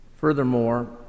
Furthermore